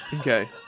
okay